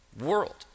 world